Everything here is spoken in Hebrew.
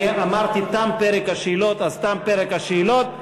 אני אמרתי שתם פרק השאלות אז תם פרק השאלות.